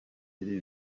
iri